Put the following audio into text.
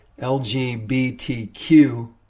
LGBTQ